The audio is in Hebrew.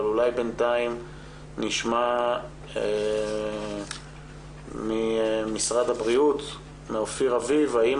אבל בינתיים נשמע את משרד הבריאות האם